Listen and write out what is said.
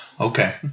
Okay